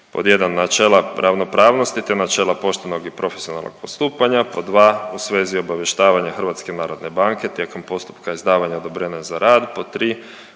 1. načela ravnopravnosti te načela poštenog i profesionalnog postupanja, pod 2. u svezi obavještavanja HNB-a tijekom postupka izdavanja odobrenja za rad,